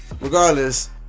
Regardless